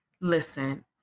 listen